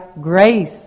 grace